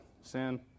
Sin